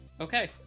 Okay